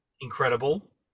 incredible